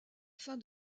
fin